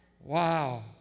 Wow